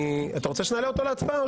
אתה רוצה שנעלה להצבעה.